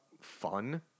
fun